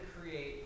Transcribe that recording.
create